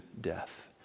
death